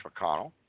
McConnell